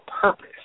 purpose